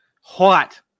Hot